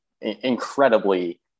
incredibly